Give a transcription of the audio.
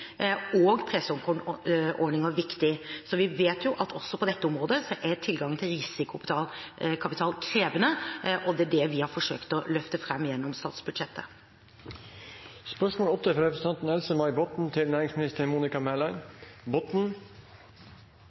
og presåkornordninger viktige. Så vi vet at også på dette området er tilgangen på risikokapital krevende, og det er det vi har forsøkt å løfte fram gjennom statsbudsjettet. «Statlig eierskap handler om vårt felles eierskap til